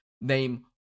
Name